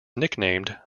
nicknamed